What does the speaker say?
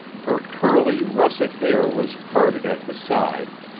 her curly, russet hair was parted at the side,